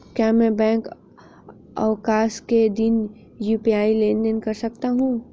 क्या मैं बैंक अवकाश के दिन यू.पी.आई लेनदेन कर सकता हूँ?